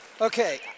Okay